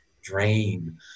drain